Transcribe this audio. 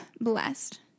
blessed